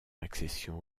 accession